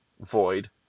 void